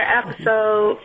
episode